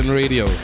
radio